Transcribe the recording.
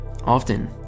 Often